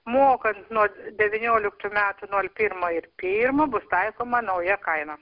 mokant nuo devynioliktų metų nol pirmo ir pirmo bus taikoma nauja kaina